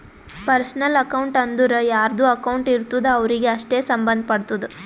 personal account ಅಂದುರ್ ಯಾರ್ದು account ಇರ್ತುದ್ ಅವ್ರಿಗೆ ಅಷ್ಟೇ ಸಂಭಂದ್ ಪಡ್ತುದ